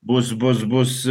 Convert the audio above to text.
bus bus bus